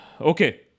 Okay